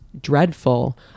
dreadful